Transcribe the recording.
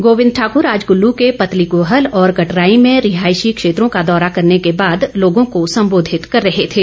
गोविंद ठाकूर आज कुल्लू के पतली कूहल और कटरांई में रिहायशी क्षेत्रों का दौरा करने के बाद लोगों को संबोधित कर रहे थे